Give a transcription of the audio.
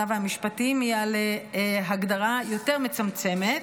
והמשפטים היא על הגדרה יותר מצמצמת,